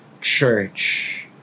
church